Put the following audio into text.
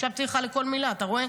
הקשבתי לך לכל מילה, אתה רואה?